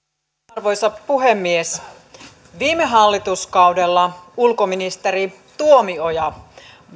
arvoisa puhemies viime hallituskaudella ulkoministeri tuomioja